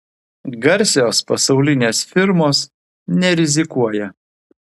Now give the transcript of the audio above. garsios pasaulinės firmos nerizikuoja